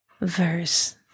verse